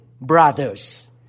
brothers